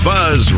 Buzz